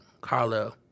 Carla